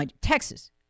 Texas